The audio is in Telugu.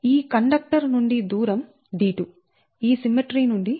ఈ కండక్టర్ నుండి దూరం d2 ఈ సిమ్మెట్రీ నుండి ఇది d1